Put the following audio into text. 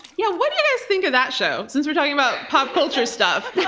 yeah, what do you guys think of that show, since we're talking about pop culture stuff?